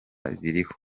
biriho